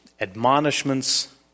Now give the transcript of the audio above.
admonishments